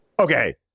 Okay